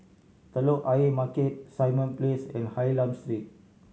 Telok Ayer Market Simon Place and Hylam